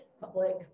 Public